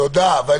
תודה רבה, מיקי.